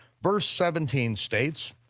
verse seventeen states,